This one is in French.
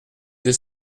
deux